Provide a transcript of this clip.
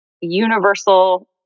universal